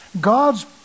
God's